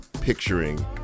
picturing